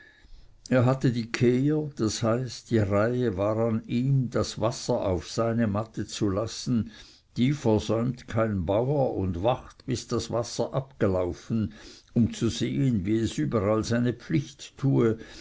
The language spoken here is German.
er hatte die kehr das heißt die reihe war an ihm das wasser auf seine matte zu lassen die versäumt kein bauer und wacht bis das wasser aufgelaufen um zu sehen wie es überall seine pflicht tue